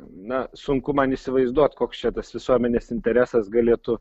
na sunku man įsivaizduot koks čia tas visuomenės interesas galėtų